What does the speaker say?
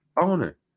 owner